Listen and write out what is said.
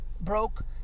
broke